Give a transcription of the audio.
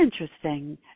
interesting